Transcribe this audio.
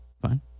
fine